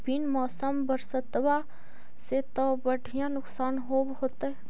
बिन मौसम बरसतबा से तो बढ़िया नुक्सान होब होतै?